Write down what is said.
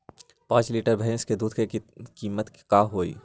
पाँच लीटर भेस दूध के कीमत का होई?